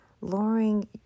lowering